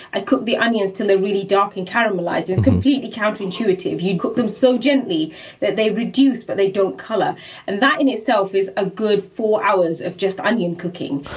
i cook the onions till they're really dark and caramelized. it's completely counterintuitive. you cook them so gently that they reduce, but they don't color and that in itself is a good four hours of just onion cooking.